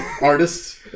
Artists